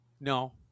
No